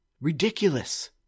ridiculous